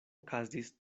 okazis